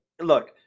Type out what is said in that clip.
look